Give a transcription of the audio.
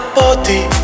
body